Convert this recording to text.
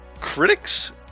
Critics